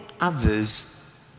others